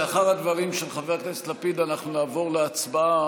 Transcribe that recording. לאחר הדברים של חבר הכנסת לפיד אנחנו נעבור להצבעה,